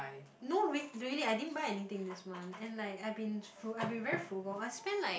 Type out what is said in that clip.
no real~ really I didn't buy anything this month and like I been fru~ I been very frugal I spend like